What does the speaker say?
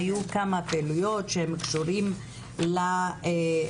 היו כמה פעילויות שקשורות לוועדה.